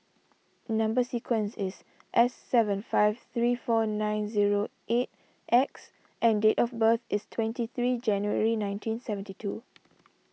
Number Sequence is S seven five three four nine zero eight X and date of birth is twenty three January nineteen seventy two